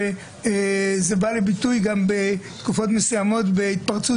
וזה בא לביטוי בתקופות מסוימות גם בהתפרצות